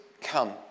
come